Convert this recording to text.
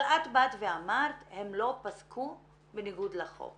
אבל את באת ואמרת: הם לא פסקו בניגוד לחוק.